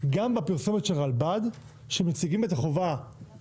גם בפרסומת של רלב"ד כשמציגים את החובה